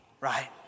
right